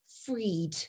freed